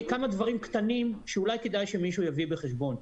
כמה דברים קטנים שאולי כדאי שמישהו יביא בחשבון.